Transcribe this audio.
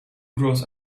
grows